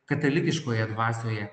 katalikiškoje dvasioje